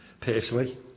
personally